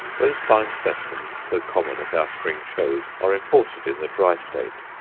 those fine specimens so common at our spring shows are imported in the dry state.